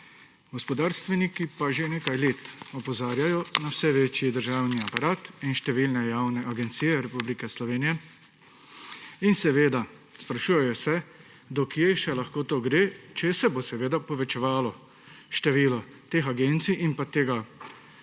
Gospodarstveniki pa že nekaj let opozarjajo na vse večji državni aparat in številne javne agencije Republike Slovenije in se sprašujejo, do kod še lahko to gre, če se bo povečevalo število teh agencij in pa